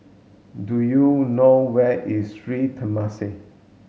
do you know where is Sri Temasek